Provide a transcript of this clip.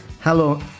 Hello